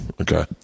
Okay